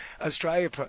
Australia